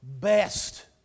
best